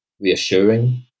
reassuring